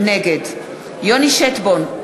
נגד יוני שטבון,